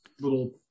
little